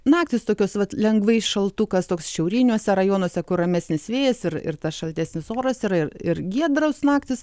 naktys tokios vat lengvai šaltukas toks šiauriniuose rajonuose kur ramesnis vėjas ir ir tas šaltesnis oras yra ir ir giedros naktys